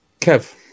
Kev